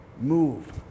Move